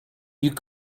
you